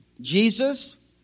Jesus